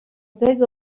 beg